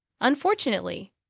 Unfortunately